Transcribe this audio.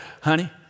honey